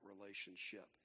relationship